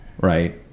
right